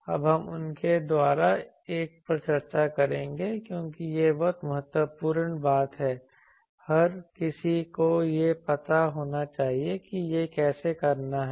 अब हम उनके द्वारा एक पर चर्चा करेंगे क्योंकि यह बहुत महत्वपूर्ण बात है हर किसी को यह पता होना चाहिए कि यह कैसे करना है